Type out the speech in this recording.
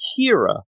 Kira